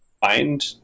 find